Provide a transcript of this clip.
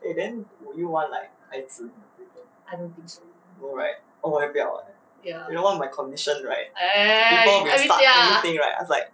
eh then would you want like 孩子 no right oh 我也不要 eh you know my condition right before you start anything right I was like